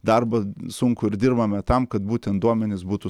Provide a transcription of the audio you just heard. darbą sunkų ir dirbame tam kad būtent duomenys būtų